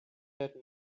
that